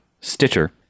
Stitcher